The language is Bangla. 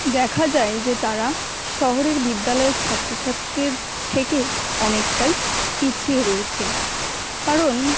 দেখা যায় যে তারা শহরের বিদ্যালয়ের ছাত্রছাত্রীদের থেকে অনেকটাই পিছিয়ে রয়েছে কারণ